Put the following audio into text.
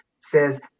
says